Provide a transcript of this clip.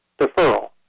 deferral